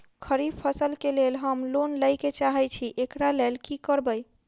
खरीफ फसल केँ लेल हम लोन लैके चाहै छी एकरा लेल की करबै?